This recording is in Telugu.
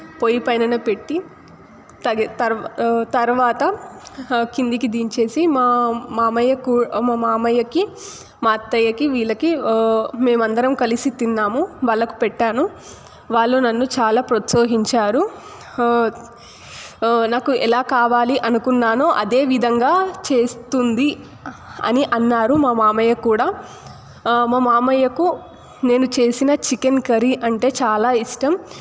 పొయ్యి పైననే పెట్టి తగిన తగ తర్వాత కిందికి దించేసి మా మామయ్య మా మామయ్యకి మా అత్తయ్యకి వీళ్ళకి మేము అందరం కలిసి తిన్నాము వాళ్లకు పెట్టాను వాళ్లు నన్ను చాలా ప్రోత్సహించారు నాకు ఎలా కావాలి అనుకున్నాను అదే విధంగా చేస్తుంది అని అన్నారు మా మామయ్య కూడా మా మామయ్యకు నేను చేసిన చికెన్ కర్రీ అంటే చాలా ఇష్టం